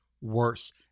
worse